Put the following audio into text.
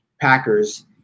Packers